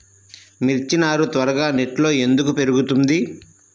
మిర్చి నారు త్వరగా నెట్లో ఎందుకు పెరుగుతుంది?